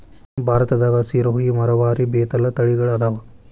ಭಾರತದಾಗ ಸಿರೋಹಿ, ಮರವಾರಿ, ಬೇತಲ ತಳಿಗಳ ಅದಾವ